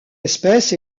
espèce